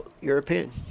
European